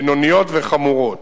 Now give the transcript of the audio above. בינוניות וחמורות.